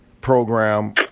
program